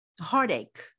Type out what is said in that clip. heartache